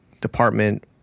Department